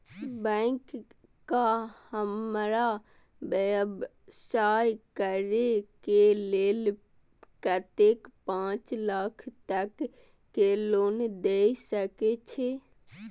Bank का हमरा व्यवसाय करें के लेल कतेक पाँच लाख तक के लोन दाय सके छे?